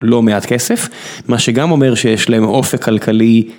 לא מעט כסף, מה שגם אומר שיש להם אופק כלכלי.